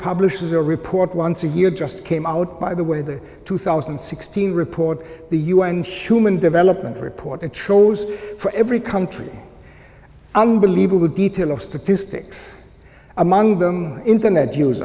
publishes a report once a year just came out by the way the two thousand and sixteen report the un human development report atros for every country unbelievable detail of statistics among them internet use